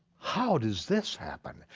how does this happen?